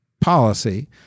policy